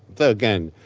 though again,